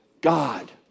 God